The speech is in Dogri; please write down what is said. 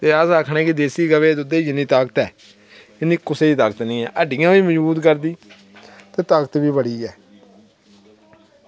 एह् अस आक्खने कि देसी दुद्ध गी जिन्नी ताकत ऐ इन्नी कुसैगी ताकत निं ऐ एह् हड्डियां बी मजबूत करदी ते ताकत बी बड़ी ऐ